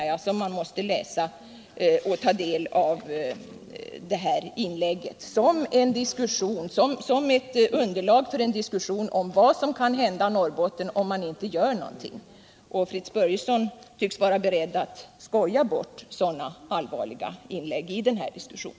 Jag menar att detta mitt inlägg bör utgöra ett underlag för en diskussion om vad som kan hända i Norrbotten om ingenting görs. Fritz Börjesson tycks vilja skoja bort sådana allvarliga inlägg i denna diskussion.